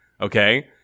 okay